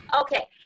Okay